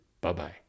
Bye-bye